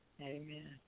Amen